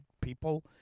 people